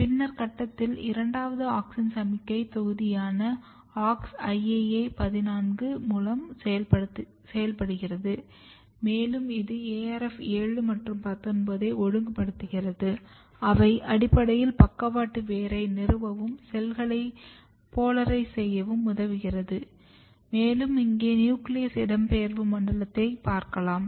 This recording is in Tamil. பின்னர் கட்டத்தில் இரண்டாவது ஆக்ஸின் சமிக்ஞை தொகுதியான AuxIAA 14 மூலம் செயல்படுகிறது மேலும் இது ARF 7 மற்றும் 19 ஐ ஒழுங்குபடுத்துகிறது அவை அடிப்படையில் பக்கவாட்டு வேரை நிறுவும் செல்களை போலரைஸ் செய்ய உதவுகின்றன மேலும் இங்கே நியூக்ளியஸ் இடம்பெயர்வு மண்டலத்தை பார்க்கலாம்